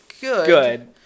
Good